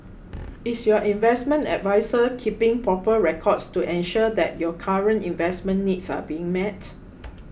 is your investment adviser keeping proper records to ensure that your current investment needs are being met